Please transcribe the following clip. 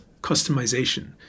customization